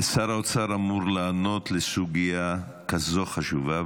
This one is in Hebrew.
שר האוצר אמור לענות לסוגיה כזאת חשובה,